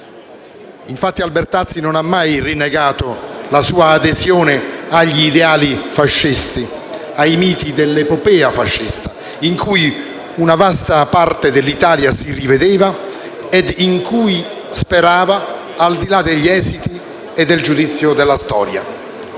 Albertazzi non ha mai rinnegato la sua adesione agli ideali fascisti e ai miti dell'epopea fascista, in cui una vasta parte dell'Italia si rivedeva e sperava, al di là degli esiti e del giudizio della storia.